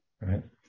right